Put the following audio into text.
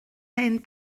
ein